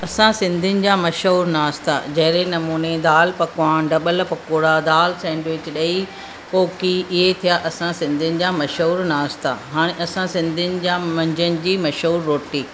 असां सिंधीयुनि जा मशहूरु नाश्ता जहिड़े नमूने दालि पकवान ॾबल पकौड़ा दालि सैंडविच ॾई कोकी इहे थिया असां सिंधीनि जा मशहूर नाश्ता हाणे असां सिंधीयुनि जा मंझंदि जी मशहूरु रोटी